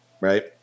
right